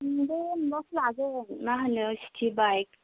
मोनब्रै मोनबासो लागोन मा होनो सिटि बाइक